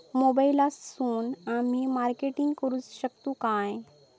मोबाईलातसून आमी मार्केटिंग करूक शकतू काय?